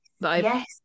Yes